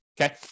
Okay